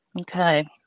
Okay